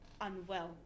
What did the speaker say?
unwell